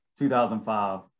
2005